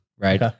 Right